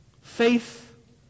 Faith